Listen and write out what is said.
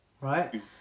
right